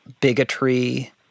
bigotry